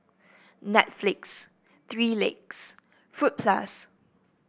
Netflix Three Legs Fruit Plus